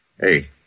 Hey